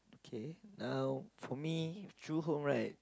okay now for me true home right